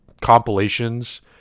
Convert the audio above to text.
compilations